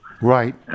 Right